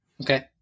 okay